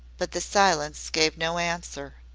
but the silence gave no answer.